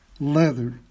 leather